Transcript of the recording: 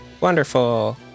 Wonderful